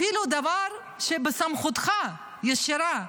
אפילו דבר שבסמכותך הישירה,